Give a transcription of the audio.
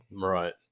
right